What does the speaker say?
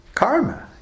karma